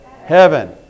Heaven